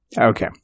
Okay